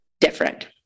different